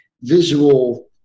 visual